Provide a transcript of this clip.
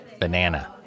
Banana